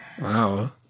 wow